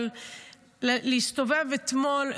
אבל להסתובב אתמול,